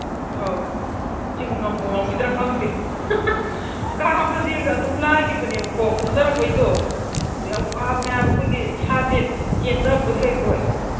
ꯑꯧ ꯉꯝꯕꯨ ꯉꯝꯒꯤꯗ꯭ꯔ ꯈꯪꯗꯦ ꯀꯥꯕꯗꯤ ꯑꯗꯨꯝ ꯂꯥꯏꯒꯤꯕꯅꯦꯕꯀꯣ ꯀꯨꯝꯗꯔꯛꯄꯩꯗꯣ ꯑꯗꯨ ꯌꯥꯝ ꯋꯥꯕꯅꯦ ꯍꯥꯏꯕ ꯑꯩꯈꯣꯏꯒꯤ ꯏꯁꯥꯁꯦ ꯆꯦꯟꯗꯕꯣꯏ ꯀꯩꯕꯣꯏ